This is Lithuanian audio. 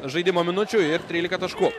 žaidimo minučių ir tryilika taškų